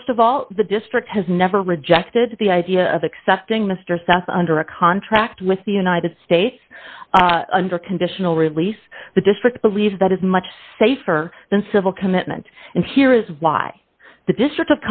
st of all the district has never rejected the idea of accepting mr south under a contract with the united states under conditional release the district believes that is much safer than civil commitment and here is why the district